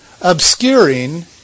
obscuring